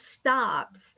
stops